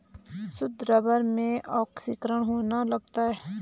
शुद्ध रबर में ऑक्सीकरण होने लगता है